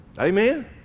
Amen